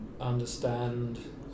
understand